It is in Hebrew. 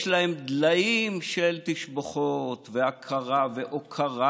יש להם דליים של תשבחות והכרה והוקרה,